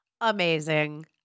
amazing